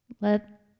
let